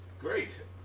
Great